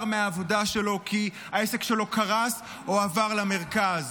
מהעבודה שלו כי העסק שלו קרס או עבר למרכז?